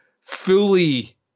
fully